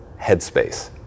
headspace